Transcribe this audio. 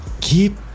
keep